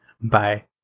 Bye